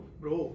bro